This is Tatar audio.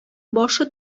башы